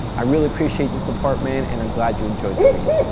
i really appreciate the support man and i'm glad you enjoyed the read.